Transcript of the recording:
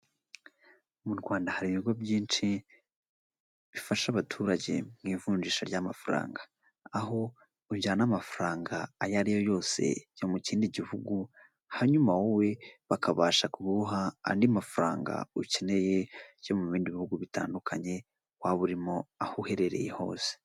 Mu Rwanda hari ibigo byinshi bifasha abaturage mu ivunjisha ry'amafaranga, aho ujyana amafaranga ayo ari yo yose yo mu kindi gihugu, hanyuma wowe bakabasha kuguha andi mafaranga ukeneye yo mu bindi bihugu bitandukanye waba urimo, aho uherereye hose.